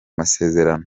masezerano